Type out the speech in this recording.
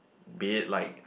be it like